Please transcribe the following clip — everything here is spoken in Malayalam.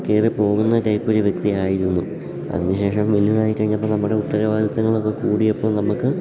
കയറിപ്പോകുന്ന ടൈപ്പൊരു വ്യക്തിയായിരുന്നു അതിനുശേഷം വലുതായിക്കഴിഞ്ഞപ്പോൾ നമ്മുടെ ഉത്തരവാദിത്തങ്ങളൊക്കെ കൂടിയപ്പോൾ നമുക്ക്